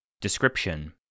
Description